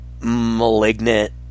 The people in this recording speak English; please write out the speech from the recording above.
malignant